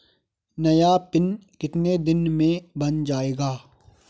नया पिन कितने दिन में बन जायेगा?